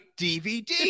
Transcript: DVD